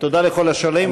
ותודה לכל השואלים.